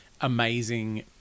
amazing